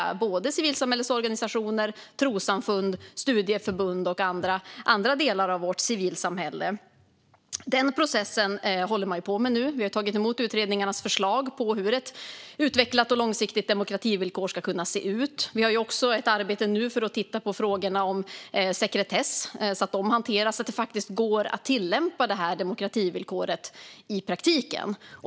Det handlar om civilsamhällesorganisationer, trossamfund, studieförbund och andra delar av vårt civilsamhälle. Den processen håller man på med nu. Vi har tagit emot utredningarnas förslag på hur ett utvecklat och långsiktigt demokrativillkor ska kunna se ut. Vi har också nu ett arbete för att hantera frågorna om sekretess, så att det går att tillämpa demokrativillkoret i praktiken.